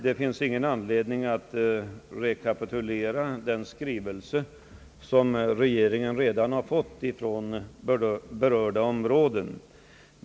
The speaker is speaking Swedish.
Det finns ingen anledning att rekapitulera den skrivelse som regeringen redan har fått från berörda områden.